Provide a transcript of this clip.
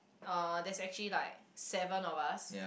uh there's actually like seven of us